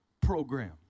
program